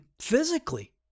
physically